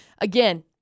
Again